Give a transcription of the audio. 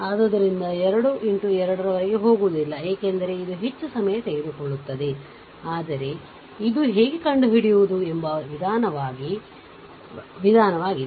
ಆದ್ದರಿಂದ 2 x 2 ರವರೆಗೆ ಹೋಗುವುದಿಲ್ಲ ಏಕೆಂದರೆ ಇದು ಹೆಚ್ಚು ಸಮಯ ತೆಗೆದುಕೊಳ್ಳುತ್ತದೆ ಆದರೆ ಇದು ಹೇಗೆ ಕಂಡುಹಿಡಿಯುವುದು ಎಂಬ ವಿಧಾನವಾಗಿದೆ